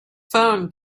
phone